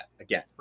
again